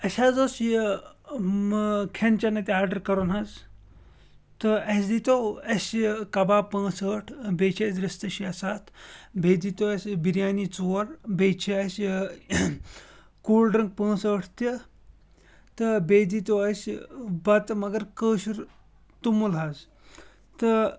اَسہِ حظ اوس یہِ کھٮ۪ن چٮ۪ن اَتہِ آرڈَر کَرُن حظ تہٕ اَسہِ دی تو اَسہِ کباب پانٛژھ ٲٹھ بیٚیہِ چھِ اَسہِ رِستہٕ شیٚے سَتھ بیٚیہِ دی تو اَسہِ بریانی ژور بیٚیہِ چھِ اَسہِ کول ڈرٛنک پانٛژھ ٲٹھ تہِ تہٕ بیٚیہِ دی تو اَسہِ بَتہٕ مگر کٲشُر توٚمُل حظ تہٕ